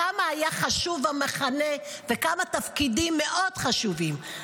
כמה היה חשוב "במחנה" וכמה תפקידים מאוד חשובים.